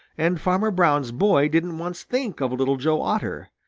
and farmer brown's boy didn't once think of little joe otter,